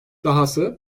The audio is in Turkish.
dahası